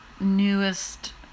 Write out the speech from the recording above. newest